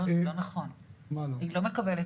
יש מכרז